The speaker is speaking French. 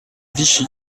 vichy